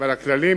ועל הכללים,